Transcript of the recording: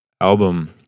album